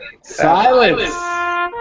Silence